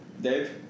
Dave